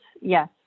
Yes